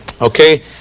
okay